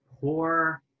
poor